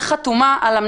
ההורים שלנו,